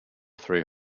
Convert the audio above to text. three